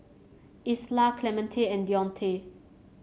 Isla Clemente and Dionte